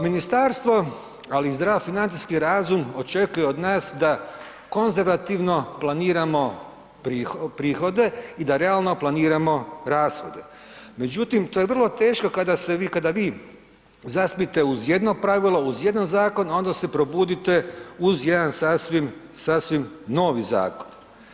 Ministarstvo, ali i zdrav financijski razum očekuje od nas da konzervativno planiramo prihode i da realno planiramo rashode, međutim to je vrlo teško kada se vi, kada vi zaspite uz jedno pravilo, uz jedan zakon, a onda se probudite uz jedan sasvim, sasvim novi zakon.